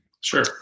Sure